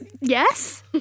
Yes